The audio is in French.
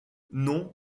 non